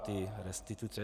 Ty restituce.